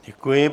Děkuji.